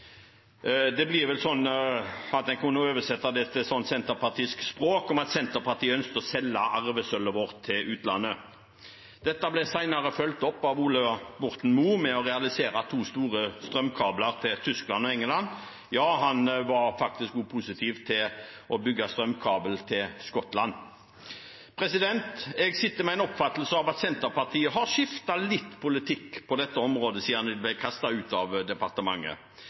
oversette det til et sånt senterpartipisk språk, ville det vel bli sånn at Senterpartiet ønsket å selge arvesølvet vårt til utlandet. Dette ble senere fulgt opp av Ola Borten Moe med å realisere to store strømkabler til Tyskland og England – ja, han var faktisk også positiv til å bygge strømkabel til Skottland. Jeg sitter med en oppfattelse av at Senterpartiet har skiftet litt politikk på dette området siden de ble kastet ut av departementet.